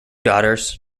daughters